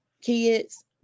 kids